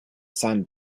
sand